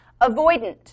Avoidant